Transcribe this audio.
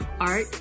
art